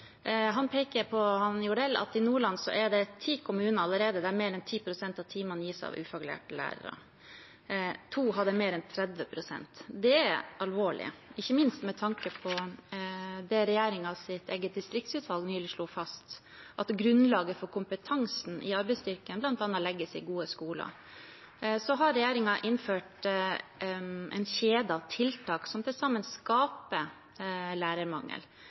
peker på at i Nordland er det allerede ti kommuner der mer enn 10 pst. av timene gis av ufaglærte lærere. To kommuner hadde mer enn 30 pst. Det er alvorlig, ikke minst med tanke på det regjeringens eget distriktsnæringsutvalg nylig slo fast, at grunnlaget for kompetansen i arbeidsstyrken bl.a. legges i gode skoler. Så har regjeringen innført en kjede av tiltak som til sammen skaper lærermangel.